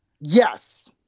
yes